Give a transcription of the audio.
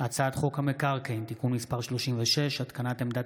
הצעת חוק המקרקעין (תיקון מס' 36) (התקנת עמדת